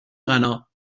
غنا